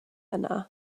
yna